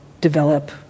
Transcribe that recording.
develop